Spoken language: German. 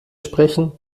sprechen